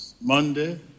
Monday